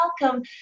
welcome